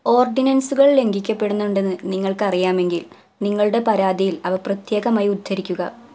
ഓർഡിനൻസുകൾ ലംഘിക്കപ്പെടുന്നുണ്ടെന്ന് നിങ്ങൾക്ക് അറിയാമെങ്കിൽ നിങ്ങളുടെ പരാതിയിൽ അവ പ്രത്യേകമായി ഉദ്ധരിക്കുക